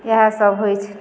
इएह सभ होइ छै